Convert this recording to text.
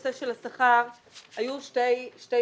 בנושא של השכר היו שתי בעיות.